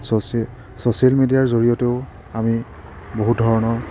social মিডিয়াৰ জৰিয়তেও আমি বহু ধৰণৰ